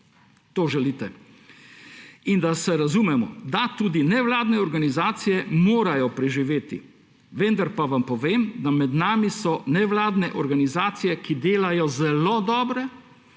To želite. In da se razumemo, da, tudi nevladne organizacije morajo preživeti, vendar pa vam povem, da so med nami nevladne organizacije, ki delajo zelo dobro,